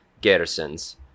garrisons